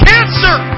Cancer